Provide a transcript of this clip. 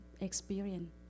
experience